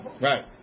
Right